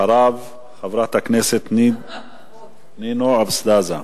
אחריו, חברת הכנסת נינו אבסדזה.